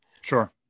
Sure